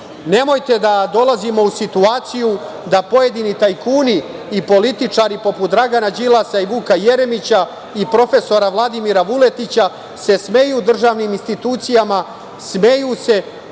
Nemojte da dolazimo u situaciju da pojedini tajkuni i političari poput Dragana Đilasa, Vuka Jeremića i profesora Vladimira Vuletića se smeju državnim institucijama. Ovi